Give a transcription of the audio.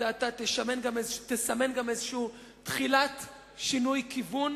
דעתה תסמן גם איזו תחילת שינוי כיוון